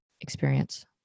experience